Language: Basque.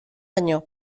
baino